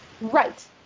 Right